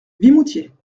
vimoutiers